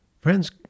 Friends